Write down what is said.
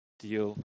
Deal